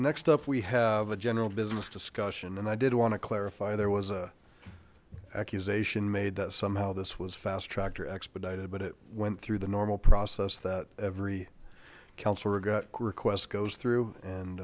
next up we have a general business discussion and i did want to clarify there was a accusation made that somehow this was fast tracked or expedited but it went through the normal process that every councillor got request goes through and